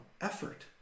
effort